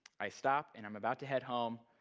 i stop, and i'm about to head home,